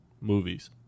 movies